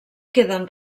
queden